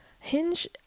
Hinge